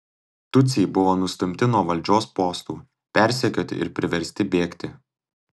tutsiai buvo nustumti nuo valdžios postų persekioti ir priversti bėgti